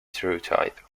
truetype